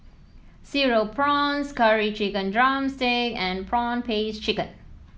Cereal Prawns Curry Chicken drumstick and prawn paste chicken